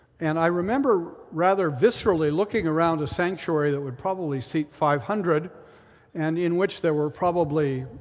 and i remember rather viscerally looking around a sanctuary that would probably seat five hundred and in which there were probably